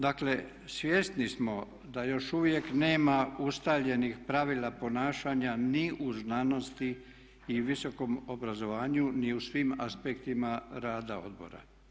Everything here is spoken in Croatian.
Dakle svjesni smo da još uvijek nema ustaljenih pravila ponašanja ni u znanosti i visokom obrazovanju ni u svim aspektima rada odbora.